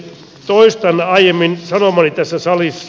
toistan aiemmin sanomani tässä salissa